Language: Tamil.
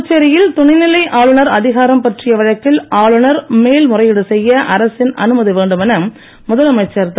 புதுச்சேரியில் துணைநிலை ஆளுநர் அதிகாரம் பற்றிய வழக்கில் ஆளுநர் மேல் முறையீடு செய்ய அரசின் அனுமதி வேண்டும் என முதலமைச்சர் திரு